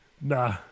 Nah